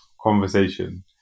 conversation